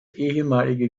ehemalige